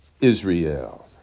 Israel